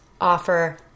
offer